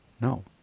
No